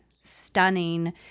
stunning